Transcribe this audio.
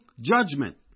judgment